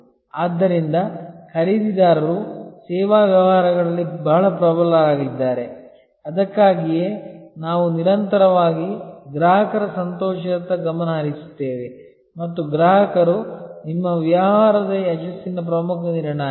ಆದ್ದರಿಂದ ಖರೀದಿದಾರರು ಸೇವಾ ವ್ಯವಹಾರಗಳಲ್ಲಿ ಬಹಳ ಪ್ರಬಲರಾಗಿದ್ದಾರೆ ಅದಕ್ಕಾಗಿಯೇ ನಾವು ನಿರಂತರವಾಗಿ ಗ್ರಾಹಕರ ಸಂತೋಷದತ್ತ ಗಮನ ಹರಿಸುತ್ತೇವೆ ಮತ್ತು ಗ್ರಾಹಕರು ನಿಮ್ಮ ವ್ಯವಹಾರದ ಯಶಸ್ಸಿನ ಪ್ರಮುಖ ನಿರ್ಣಾಯಕ